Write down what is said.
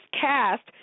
cast